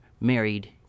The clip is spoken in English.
married